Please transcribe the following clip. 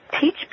teach